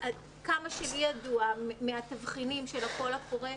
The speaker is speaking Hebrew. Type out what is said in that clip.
עד כמה שלי ידוע מהתבחינים של הקול הקורא,